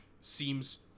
seems